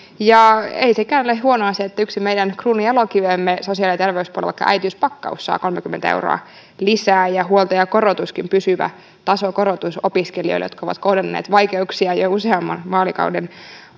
ja ei sekään ole huono asia että yksi meidän kruununjalokivemme sosiaali ja terveyspuolella äitiyspakkaus saa kolmekymmentä euroa lisää ja huoltajakorotuskin on pysyvä tasokorotus opiskelijoille jotka ovat kohdanneet vaikeuksia jo useamman vaalikauden